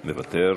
מוותר,